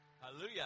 hallelujah